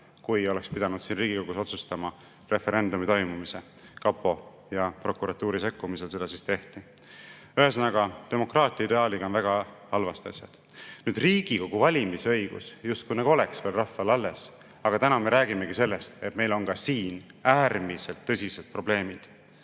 kui oleks pidanud siin Riigikogus otsustama referendumi toimumise. Kapo ja prokuratuuri sekkumisel seda siis tehti. Ühesõnaga, demokraatia ideaaliga on asjad väga halvasti. Riigikogu valimise õigus justkui nagu oleks veel rahval alles, aga täna me räägimegi sellest, et meil on ka siin äärmiselt tõsised probleemid.